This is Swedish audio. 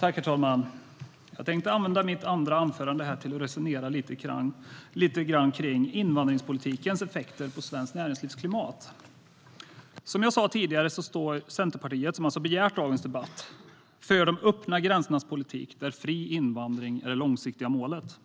Herr talman! Jag tänkte använda mitt andra anförande till att resonera lite grann kring invandringspolitikens effekter på svenskt näringslivsklimat. Som jag sa tidigare står Centerpartiet - som alltså begärt dagens debatt - för de öppna gränsernas politik, där fri invandring är det långsiktiga målet.